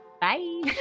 bye